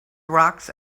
rocks